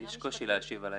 יש קושי להשיב עליה.